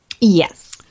Yes